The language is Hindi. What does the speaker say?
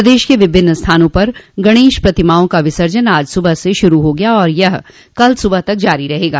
प्रदेश के विभिन्न स्थानों पर गणेश प्रतिमाओं का विसर्जन आज सुबह से शुरू हो गया और यह कल सुबह तक जारी रहेगा